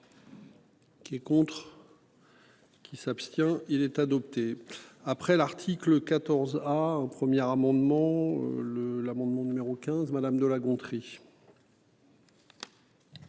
Qui est contre. Qui s'abstient. Il est adopté. Après l'article 14 à en première amendement le l'amendement numéro 15. Madame de La Gontrie.